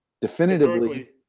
definitively